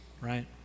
Right